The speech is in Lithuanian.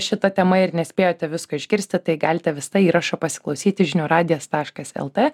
šita tema ir nespėjote visko išgirsti tai galite visą įrašą pasiklausyti žinių radijas taškas el t